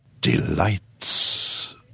delights